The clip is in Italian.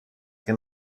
che